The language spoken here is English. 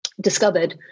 discovered